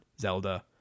zelda